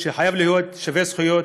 שחייב להיות שווה זכויות,